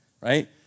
right